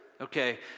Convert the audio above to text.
Okay